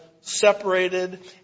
separated